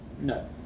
No